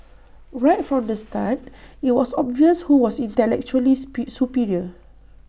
right from the start IT was obvious who was intellectually superior